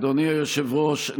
אדוני היושב-ראש,